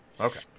Okay